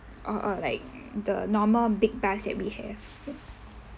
or err like the normal big bus that we have